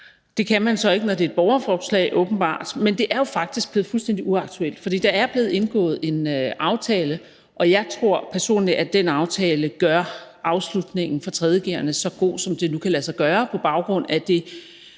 Det kan man så ikke, når det er et borgerforslag, åbenbart, men det er jo faktisk blevet fuldstændig uaktuelt, for der er blevet indgået en aftale, og jeg tror personligt, at den aftale gør afslutningen for 3. g'erne så god, som det nu kan lade sig gøre på baggrund af den